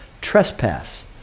trespass